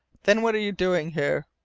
then what were you doing here?